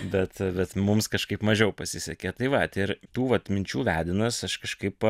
bet bet mums kažkaip mažiau pasisekė tai vat ir tų vat minčių vedinas aš kažkaip